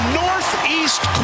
northeast